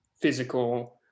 physical